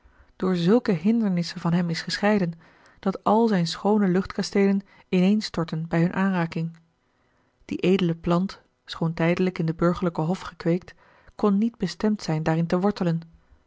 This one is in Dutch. door zulke hindernissen van hem is gescheiden dat al zijne schoone luchtkasteelen ineenstorten bij hunne aanraking die edele plant schoon tijdelijk in den burgerlijken hof gekweekt kon niet bestemd zijn daarin te wortelen